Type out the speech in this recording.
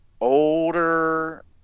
older